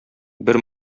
бер